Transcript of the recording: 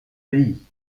pays